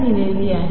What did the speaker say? दिलेली आहे